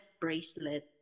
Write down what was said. bracelet